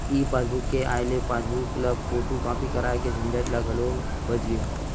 ई passbook के आए ले पासबूक ल फोटूकापी कराए के झंझट ले घलो बाच गे